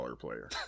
player